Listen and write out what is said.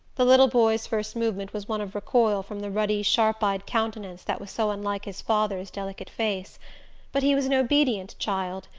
the little boy's first movement was one of recoil from the ruddy sharp-eyed countenance that was so unlike his father's delicate face but he was an obedient child,